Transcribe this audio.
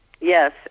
Yes